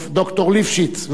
ד"ר ליפשיץ,